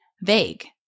vague